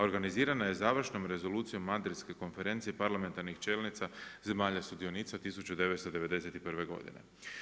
Organizirana je završnom Rezolucijom Madridske konferencije parlamentarnih čelnica zemalja sudionica 1991. godine.